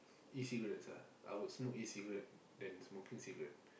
E-cigarettes ah I would smoke E-cigarette than smoking cigarette